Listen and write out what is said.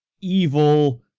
evil